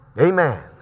Amen